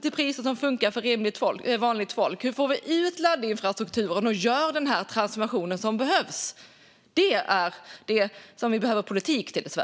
till priser som funkar för vanligt folk och hur vi får ut laddinfrastrukturen och gör transformationen som behövs. Det är det vi behöver politik till i Sverige.